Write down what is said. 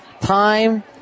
time